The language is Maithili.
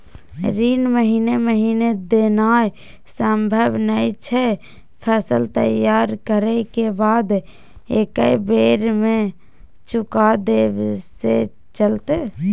ऋण महीने महीने देनाय सम्भव नय छै, फसल तैयार करै के बाद एक्कै बेर में चुका देब से चलते?